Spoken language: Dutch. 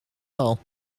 wal